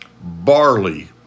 barley